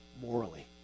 morally